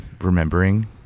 remembering